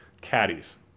caddies